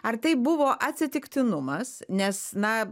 ar tai buvo atsitiktinumas nes na